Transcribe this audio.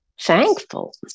thankful